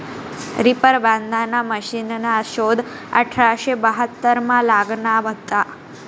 reaper बांधाना मशिनना शोध अठराशे बहात्तरमा लागना व्हता